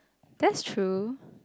that's true